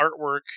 artwork